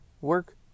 work